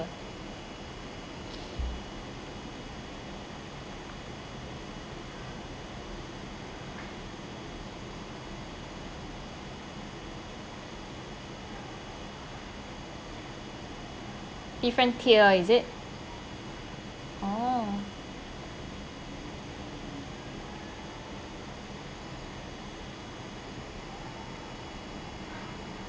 different tier is it oh